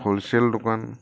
wholesale দোকান